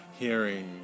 Hearing